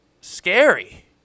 scary